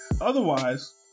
otherwise